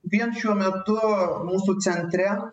vien šiuo metu mūsų centre